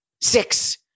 Six